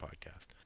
podcast